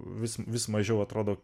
vis vis mažiau atrodo